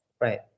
Right